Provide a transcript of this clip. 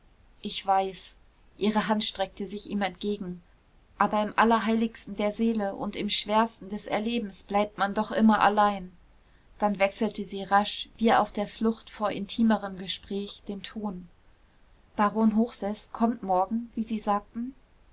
ich weiß ihre hand streckte sich ihm entgegen aber im allerheiligsten der seele und im schwersten des erlebens bleibt man doch immer allein dann wechselte sie rasch wie auf der flucht vor intimerem gespräch den ton baron hochseß kommt morgen wie sie sagten